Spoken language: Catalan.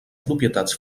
propietats